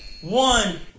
One